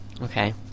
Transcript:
Okay